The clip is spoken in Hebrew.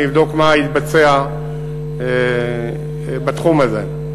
אני אבדוק מה התבצע בתחום הזה.